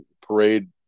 parade